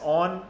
on